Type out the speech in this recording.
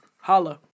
Holla